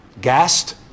gassed